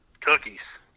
cookies